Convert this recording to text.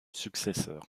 successeur